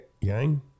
Yang